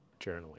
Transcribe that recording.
journaling